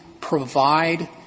provide